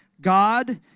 God